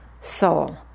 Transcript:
soul